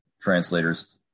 translators